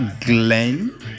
Glenn